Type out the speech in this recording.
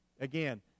Again